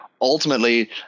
ultimately